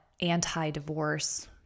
anti-divorce